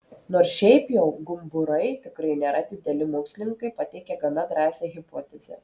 nors šiaip jau gumburai tikrai nėra dideli mokslininkai pateikė gana drąsią hipotezę